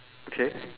okay